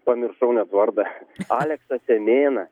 pamiršau vardą aleksas janėnas